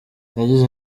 yagize